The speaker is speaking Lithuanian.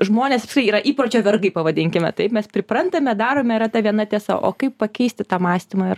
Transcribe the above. žmonės yra įpročio vergai pavadinkime taip mes priprantame darome yra ta viena tiesa o kaip pakeisti tą mąstymą ir